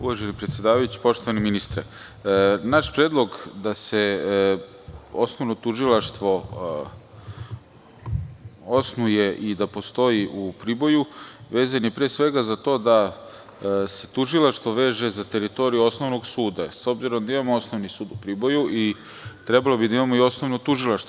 Uvaženi predsedavajući, poštovani ministre, naš predlog da se osnovno tužilaštvo osnuje i da postoji u Priboju vezan je pre svega za to da se tužilaštvo veže za teritoriju osnovnog suda, s obzirom da imamo Osnovni sud u Priboju i trebalo bi da imamo i osnovno tužilaštvo.